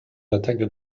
attaques